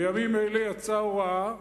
בימים אלה יצאה הוראה